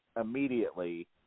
immediately